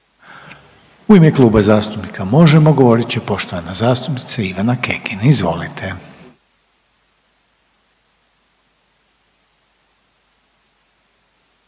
U ime Kluba zastupnika MOŽEMO govorit će poštovana zastupnica Ivana Kekin. Izvolite.